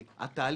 בזה.